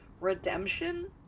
redemption